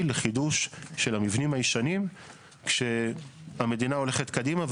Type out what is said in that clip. לחידוש של המבנים הישנים כשהמדינה הולכת קדימה,